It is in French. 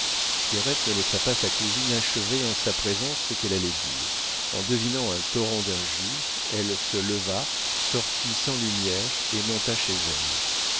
pierrette ne laissa pas sa cousine achever en sa présence ce qu'elle allait dire en devinant un torrent d'injures elle se leva sortit sans lumière et monta chez elle